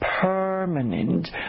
permanent